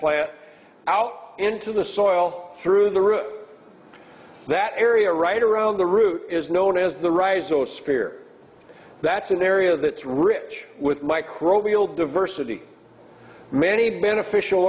flat out into the soil through the roof that area right around the root is known as the rise or spear that's an area that's rich with microbial diversity many beneficial